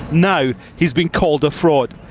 now he is being called a fraud.